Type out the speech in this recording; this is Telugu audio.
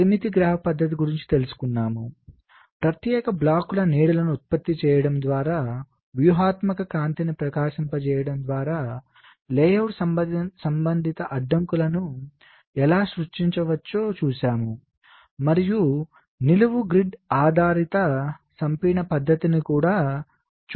పరిమితి గ్రాఫ్ పద్ధతి గురించి తెలుసుకున్నాము ప్రత్యేకమైన బ్లాకుల నీడలను ఉత్పత్తి చేయడం ద్వారా వ్యూహాత్మక కాంతిని ప్రకాశింపజేయడం ద్వారా లేఅవుట్ సంబంధిత అడ్డంకులను ఎలా సృష్టించవచ్చో చూశాము మరియు నిలువు గ్రిడ్ ఆధారిత సంపీడన పద్ధతిని కూడా చూశాము